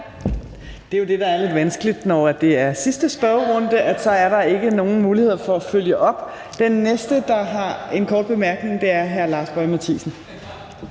Det er jo det, der er lidt vanskeligt, når det er sidste spørgerunde, for så er der altså ikke nogen mulighed for at følge op. Den næste, der har en kort bemærkning, er hr. Lars Boje Mathiesen.